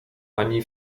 ani